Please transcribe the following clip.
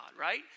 right